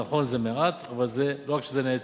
נכון, זה מעט, אבל לא רק שזה נעצר,